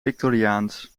victoriaans